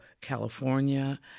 California